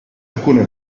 alcuni